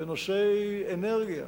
בנושאי אנרגיה,